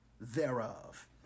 thereof